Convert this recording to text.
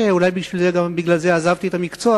אולי בגלל זה עזבתי את המקצוע,